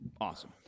awesome